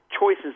choices